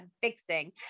fixing